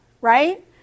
right